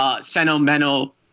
sentimental